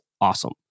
awesome